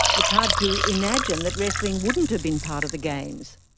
it's hard to imagine that wrestling wouldn't have been part of the games.